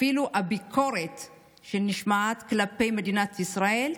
אפילו הביקורת שנשמעת כלפי מדינת ישראל,